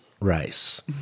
rice